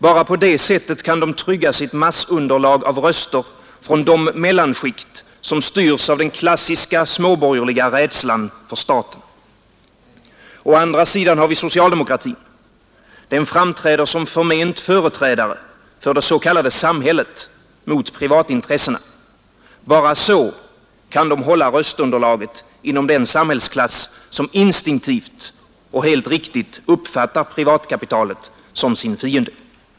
Bara på det sättet kan den trygga sitt massunderlag av röster från de mellanskikt som styrs av den klassiska småborgerliga rädslan för staten. Å andra sidan har vi socialdemokratin. Den framträder som förment företrädare för det s.k. samhället mot privatintressena. Bara så kan den hålla röstunderlaget inom den samhällsklass som instinktivt, och helt riktigt, uppfattar privatkapitalet som sin fiende.